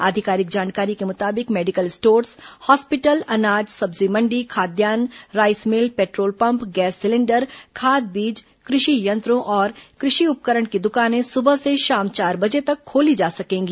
आधिकारिक जानकारी के मुताबिक मेडिकल स्टोर्स हॉस्पिटल अनाज सब्जी मण्डी खाद्यान्न rice mill petrol pump gas cylinder खाद बीज कृषि यंत्रों और कृषि उपकरण की दुकानें सुबह से शाम चार बजे तक खोली जा सकेंगी